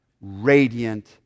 radiant